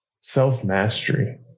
Self-mastery